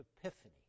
epiphany